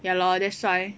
ya lor that's why